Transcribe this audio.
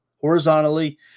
horizontally